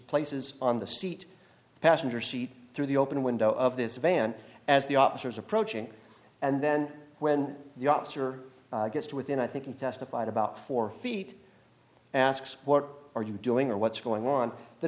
places on the street the passenger seat through the open window of this van as the officers are approaching and then when the officer gets to within i think you testified about four feet asks what are you doing or what's going on the